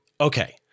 Okay